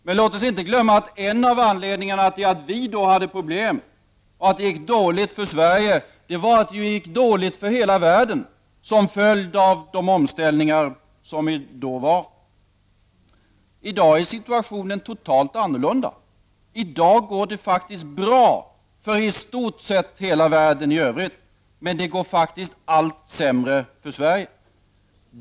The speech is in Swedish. Men låt oss inte glömma att en av anledningarna till att vi då hade problem och att det gick dåligt för Sverige var att det gick dåligt för hela världen som följd av de omställningar som då var. I dag är situationen totalt annorlunda. I dag går det faktiskt bra för i stort sett hela världen i övrigt. Men det går allt sämre för Sverige.